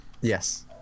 Yes